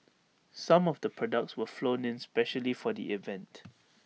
some of the products were flown in specially for the event